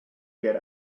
get